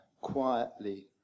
quietly